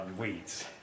weeds